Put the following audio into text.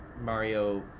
Mario